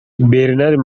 bernard